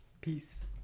Peace